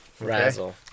Razzle